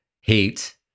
hate